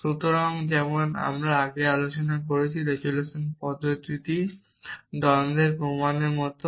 সুতরাং যেমন আমরা আগে আলোচনা করেছি রেজোলিউশন পদ্ধতিটি দ্বন্দ্বের প্রমাণের মতো